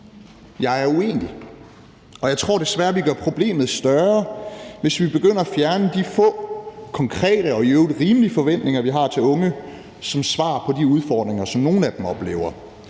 Jeg er uenig. Og jeg tror desværre, at vi gør problemet større, hvis vi begynder at fjerne de få konkrete og i øvrigt rimelige forventninger, vi har til unge, som svar på de udfordringer, som nogle af dem oplever.